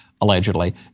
allegedly